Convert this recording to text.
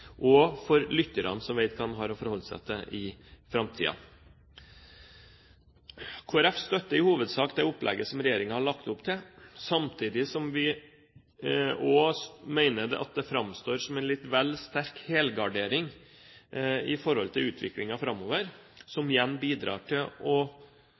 og for lytterne, så de vet hva de har å forholde seg til i framtiden. Kristelig Folkeparti støtter i hovedsak det opplegget som regjeringen har lagt opp til, samtidig som vi mener at det framstår som en litt vel sterk helgardering i forhold til utviklingen framover, som igjen bidrar til å